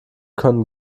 können